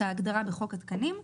כהגדרה בחוק התקנים.